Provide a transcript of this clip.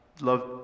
love